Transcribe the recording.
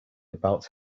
about